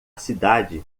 cidade